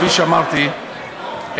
כפי שאמרתי,